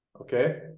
okay